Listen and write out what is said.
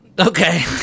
Okay